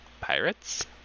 pirates